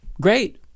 Great